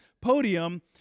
podium